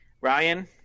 Ryan